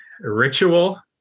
Ritual